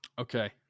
okay